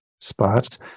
spots